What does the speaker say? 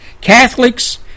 Catholics